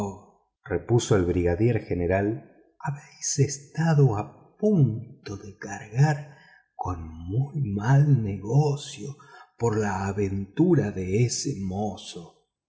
repuso el brigadier general habéis estado a punto de cargar con muy mal negocio por la aventura de ese